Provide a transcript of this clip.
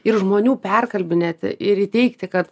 ir žmonių perkalbinėti ir įteigti kad